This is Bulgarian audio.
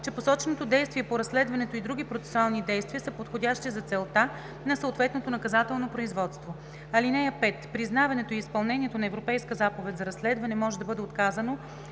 че посоченото действие по разследването и други процесуални действия са подходящи за целта на съответното наказателно производство. (5) Признаването и изпълнението на Европейска заповед за разследване може да бъде отказано,